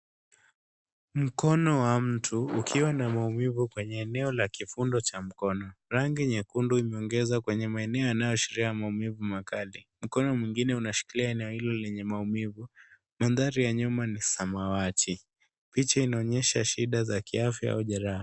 Mkono wa mtu ukiwa na maumivu kwenye eneo la kifundo cha mkono. Rangi nyekundu imeongeza kwenye maeneo yanayoashiria maumivu makali. Mkono mwingine unashikilia eneo hilo lenye maumivu. Mandhari ya nyuma ni samawati. Picha inaonyesha shida za kiafya au jeraha.